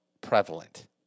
prevalent